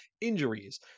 Injuries